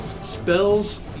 spells